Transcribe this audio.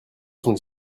sont